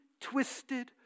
twisted